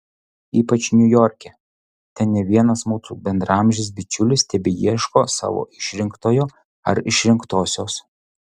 ypač niujorke ten ne vienas mūsų bendraamžis bičiulis tebeieško savo išrinktojo ar išrinktosios